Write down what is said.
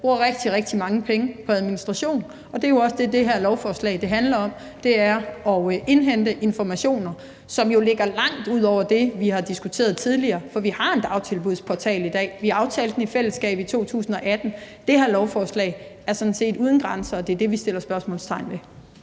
bruger rigtig, rigtig mange penge på administration, og det er jo også det, som det her lovforslag handler om – det er at indhente informationer, som jo ligger langt ud over det, vi har diskuteret tidligere. For vi har en dagtilbudsportal i dag; vi aftalte den i fællesskab i 2018. Det her lovforslag er sådan set uden grænser, og det er det, vi sætter spørgsmålstegn ved.